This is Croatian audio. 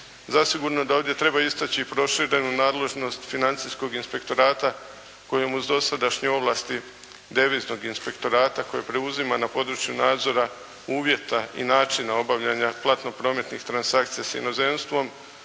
Zasigurno da ovdje treba istači i proširenu nadležnost financijskog inspektorata kojemu uz dosadašnje ovlasti Deviznog inspektorata koje preuzima na području nadzora uvjeta i načina obavljanja platno-prometnih transakcija s inozemstvom